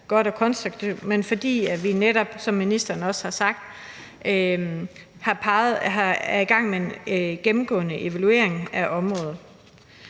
godt og konstruktivt, men fordi vi netop, som ministeren også har sagt, er i gang med en gennemgående evaluering af området.